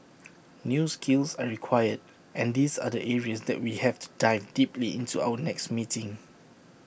new skills are required and these are the areas that we have to dive deeply into in our next meeting